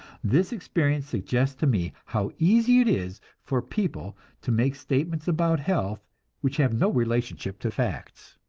this experience suggests to me how easy it is for people to make statements about health which have no relationship to facts.